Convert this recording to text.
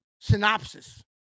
synopsis